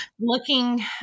looking